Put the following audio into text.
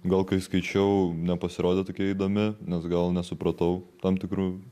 gal kai skaičiau nepasirodė tokia įdomi nes gal nesupratau tam tikrų